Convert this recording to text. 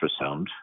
ultrasound